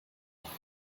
haben